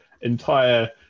entire